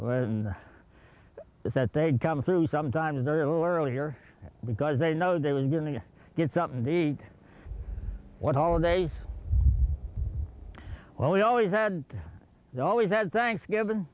when is that they'd come through sometimes their little earlier because they know they was going to get something to eat what holidays well we always had they always had thanksgiving